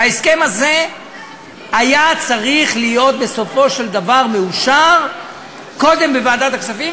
וההסכם הזה היה צריך להיות בסופו של דבר מאושר קודם בוועדת הכספים,